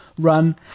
run